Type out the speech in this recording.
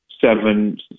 seven